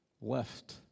left